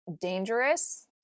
dangerous